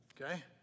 Okay